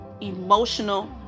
emotional